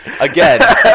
Again